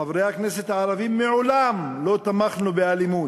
חברי הכנסת הערבים, מעולם לא תמכנו באלימות,